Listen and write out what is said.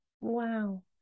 Wow